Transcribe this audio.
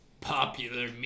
popular